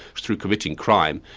through committing crime,